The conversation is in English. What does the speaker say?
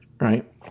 right